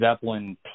Zeppelin